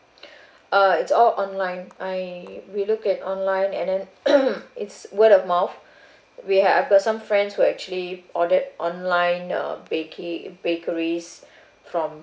uh it's all online I we look at online and then it's word of mouth we have I got some friends who're actually ordered online uh bake~ bakeries from